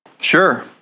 Sure